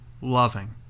Loving